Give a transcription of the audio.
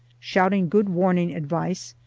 shouting good warning advice,